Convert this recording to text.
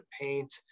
paint